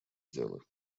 дело